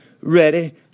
ready